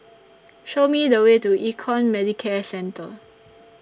Show Me The Way to Econ Medicare Centre